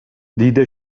دید